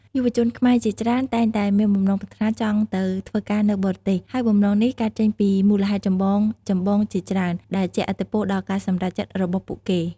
យុវជនខ្មែរជាច្រើនតែងតែមានបំណងប្រាថ្នាចង់ទៅធ្វើការនៅបរទេស ហើយបំណងនេះកើតចេញពីមូលហេតុចម្បងៗជាច្រើន ដែលជះឥទ្ធិពលដល់ការសម្រេចចិត្តរបស់ពួកគេ។